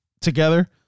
together